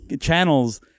channels